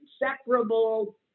inseparable